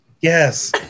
Yes